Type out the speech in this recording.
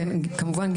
כמובן,